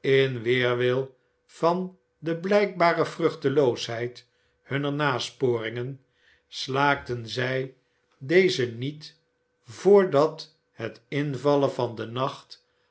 in weerwil van de blijkbare vruchteloosheid hunner nasporingen staakten zij deze niet voordat het invallen van den nacht